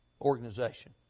Organization